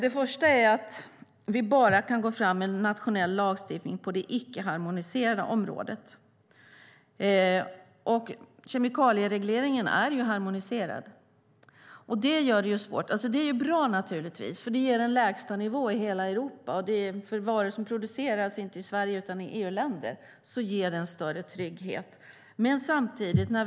En anledning är att vi bara kan gå fram med nationell lagstiftning på det icke-harmoniserade området, och kemikalieregleringen är ju harmoniserad. Det är naturligtvis bra, för det ger en lägstanivå i hela Europa. För varor som inte produceras i Sverige utan i andra EU-länder ger det en större trygghet.